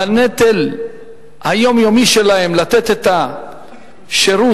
השרים, עמיתי חברי הכנסת, אני מודה לסגנית השר על